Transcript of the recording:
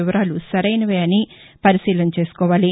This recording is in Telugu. వివరాలు సరైనవే అని పరిశీలన చేసుకోవాలి